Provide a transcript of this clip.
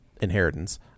inheritance